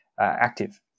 active